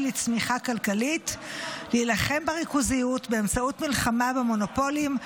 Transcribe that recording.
לצמיחה כלכלית ולהילחם בריכוזיות באמצעות מלחמה במונופולים,